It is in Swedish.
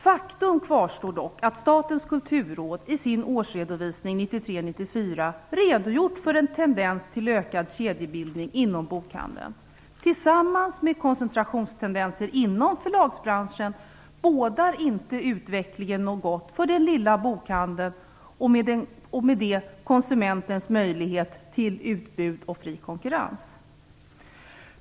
Faktum kvarstår dock: Statens kulturråd har i sin årsredovisning för 1993/94 redogjort för en tendens till ökad kedjebildning inom bokhandeln. Tillsammans med koncentrationstendenser inom förlagsbranschen bådar detta inte gott vad gäller utvecklingen för den lilla bokhandeln och i och med det för konsumentens möjlighet till stort utbud och fri konkurrens.